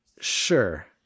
Sure